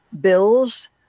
bills